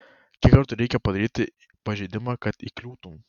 kiek kartų reikia padaryti pažeidimą kad įkliūtum